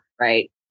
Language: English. Right